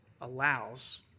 Allows